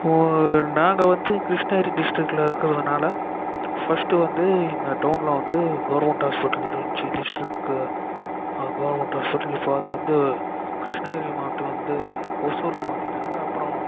நாங்கள் வந்து கிருஷ்ணகிரி டிஸ்ட்ரிக்கில் இருக்கிறதுனால ஃபர்ஸ்ட்டு வந்து எங்கள் டவுனில் வந்து கவர்மெண்ட் ஹாஸ்பிட்டல் இருந்திச்சு டிஸ்ட்ரிக்கு கவர்மெண்ட் ஹாஸ்பிட்டல் இப்போ அது வந்து கிருஷ்ணகிரி மாவட்டத்தில் வந்து ஒசூருக்கு மாற்றிட்டாங்க அப்புறோம்